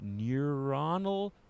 neuronal